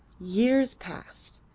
years passed,